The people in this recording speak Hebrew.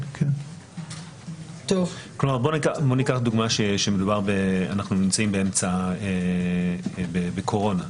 בואו ניקח דוגמה שאנחנו נמצאים בקורונה,